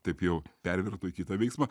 taip jau pervirto į kitą veiksmą